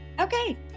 okay